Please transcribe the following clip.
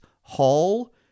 Hall